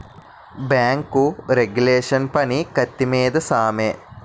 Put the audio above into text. bank regulation పని కత్తి మీద సామే